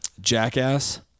jackass